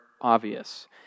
obvious